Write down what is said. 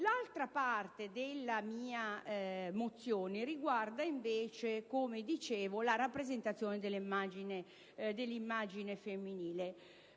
L'altra parte della mozione riguarda invece, come dicevo, la rappresentazione dell'immagine femminile.